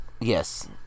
Yes